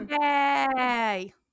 Yay